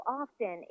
often